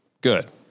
good